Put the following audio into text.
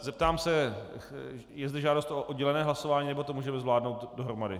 Zeptám se je zde žádost o oddělené hlasování, nebo to můžeme zvládnout dohromady?